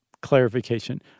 clarification